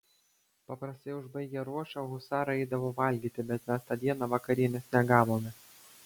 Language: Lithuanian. paprastai užbaigę ruošą husarai eidavo valgyti bet mes tą dieną vakarienės negavome